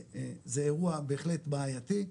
זה אירוע בהחלט בעייתי,